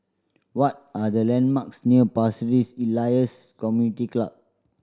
what are the landmarks near Pasir Ris Elias Community Club